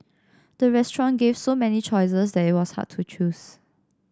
the restaurant gave so many choices that it was hard to choose